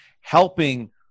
helping